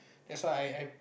that's why I I